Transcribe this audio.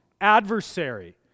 adversary